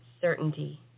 certainty